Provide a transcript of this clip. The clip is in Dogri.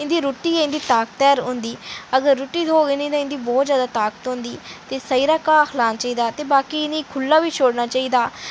इं'दी रुट्टी इं'दी ताकत होंदी ते अगर रुट्टी थ्होग इ'नें गी ते इ'नें गी बहुत जैदा ताकत औंदी ते सजरा घाऽ खलाना चाहिदा ते बाकी इ'नें गी खुह्ल्ला बी छोड़ना चाहिदा